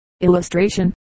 Illustration